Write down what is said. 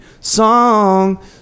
song